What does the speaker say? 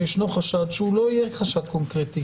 כשישנו חשד שהוא לא יהיה חשד קונקרטי,